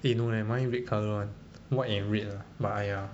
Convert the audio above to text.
eh no leh mine red colour [one] white and red lah but !aiya!